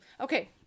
Okay